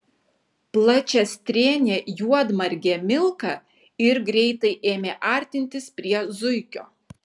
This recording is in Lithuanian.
plačiastrėnė juodmargė milka ir greitai ėmė artintis prie zuikio